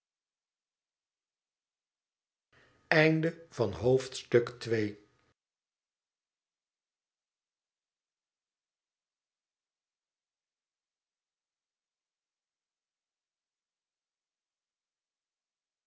exemplaar van het